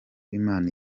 imana